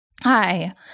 Hi